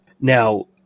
Now